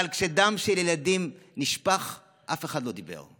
אבל כשדם של ילדים נשפך אף אחד לא דיבר.